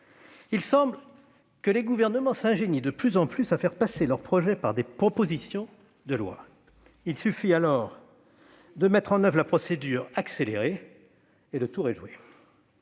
Il semble que les gouvernements s'ingénient de plus en plus à faire passer leurs projets des propositions de loi. Il suffit alors de mettre en oeuvre la procédure accélérée et le tour est joué.